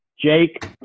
Jake